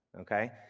okay